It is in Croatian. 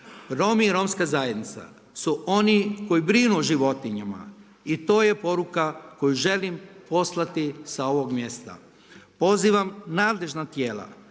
Romi i romska zajednica su oni koji brinu o životinjama i to je poruka koju želim poslati sa ovog mjesta. Pozivam nadležna tijela